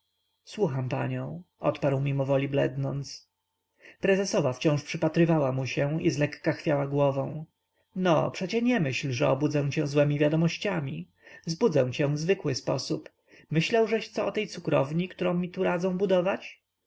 słucham panią odparł mimowoli blednąc prezesowa wciąż przypatrywała mu się i zlekka chwiała głową no przecie nie myśl że obudzę cię złemi wiadomościami zbudzę cię w zwykły sposób myślałżeś co o tej cukrowni którą mi tu radzą budować